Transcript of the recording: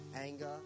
anger